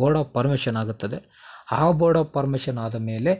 board of permission ಆಗುತ್ತದೆ ಆ board of permission ಆದ ಮೇಲೆ